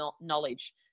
knowledge